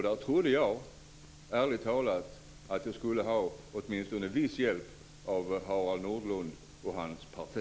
Där trodde jag, ärligt talat, att jag skulle ha åtminstone viss hjälp av Harald Nordlund och hans parti.